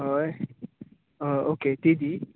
हय ओके ती दी